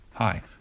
Hi